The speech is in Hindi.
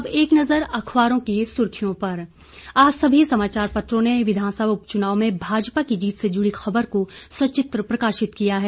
अब एक नजुर अखबारों की सुर्खियों पर आज सभी समाचार पत्रों ने विधानसभा उपचुनाव में भाजपा की जीत से जुड़ी खबर को सचित्र प्रकााशित किया है